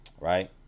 right